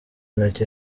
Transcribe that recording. intoki